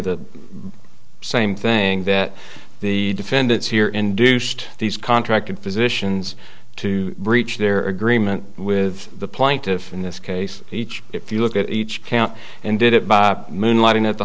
the same thing that the defendants here induced these contracted physicians to breach their agreement with the plaintiff in this case each if you look at each count and did it by moonlighting at the